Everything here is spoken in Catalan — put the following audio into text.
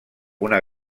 una